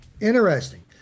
Interesting